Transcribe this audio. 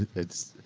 it's,